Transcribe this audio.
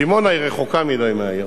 בדימונה היא רחוקה מדי מהעיר,